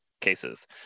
cases